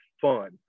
fun